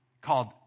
called